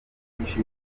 byinshi